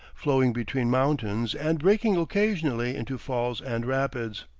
flowing between mountains, and breaking occasionally into falls and rapids.